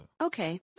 okay